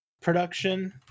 production